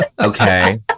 okay